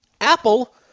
Apple